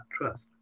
trust